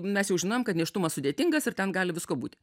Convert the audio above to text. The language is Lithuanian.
mes jau žinom kad nėštumas sudėtingas ir ten gali visko būti